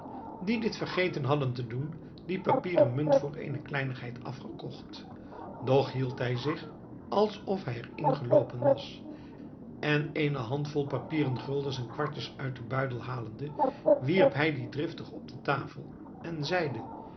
die dit vergeten hadden te doen die papieren munt voor eene kleinigheid afgekocht toch hield hij zich alsof hij er in geloopen was en eenen handvol papieren guldens en kwartjes uit den buidel halende wierp hij die driftig op de tafel en zeide